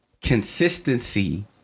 Consistency